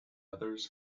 others